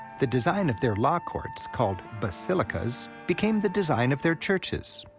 the design of their law courts called basilicas became the design of their churches,